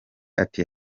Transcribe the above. ati